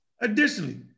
Additionally